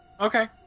Okay